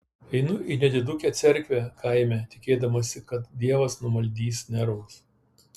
einu į nedidukę cerkvę kaime tikėdamasi kad dievas numaldys nervus